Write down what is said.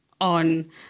on